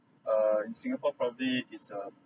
err in singapore probably is uh